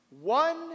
One